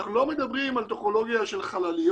שאנחנו לא מדברים על טכנולוגיה של חלליות